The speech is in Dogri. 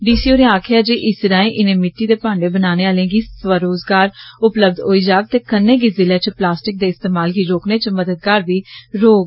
डी सी होरें आक्खेआ जे इस राएं इनें मिट्टी दे पान्डे बनाने आह्ले गी सब रोज़गार उपलब्ध होई जाग ते कन्नै गै जिले च प्लास्टिक दे इस्तमाल गी रोकने च मददगार बी रौह्ग